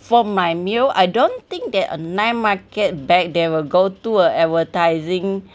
from my meal I don't think that a night market bag they will go to a advertising